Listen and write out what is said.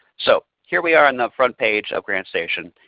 so here we are on the front page of grantstation.